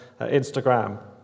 Instagram